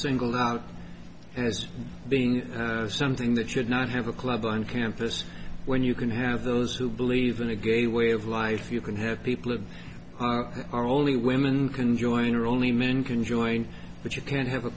singled out as being something that should not have a club on campus when you can have those who believe in a gay way of life you can have people who are only women can join or only men can join but you can't have a